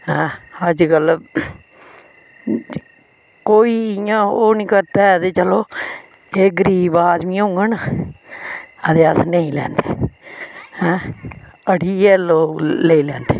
हैं अजकल कोई इयां ओह् नेई करदा है कि चलो एह् गरीब आदमी ऐ एहदे कोल नेई होङन अस नेईं लैंदे अडि़ये लोग लेई लैंदे